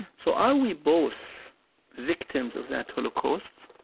so are we both victims of that holocaust?